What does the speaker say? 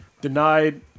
denied